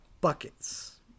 buckets